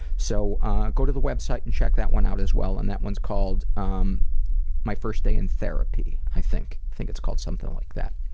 so go to the website and check that one out as well. and that one's called um my first day in therapy, i think. i think it's called something like that.